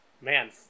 man